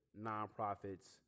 nonprofits